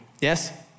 yes